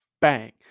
bang